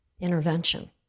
intervention